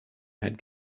had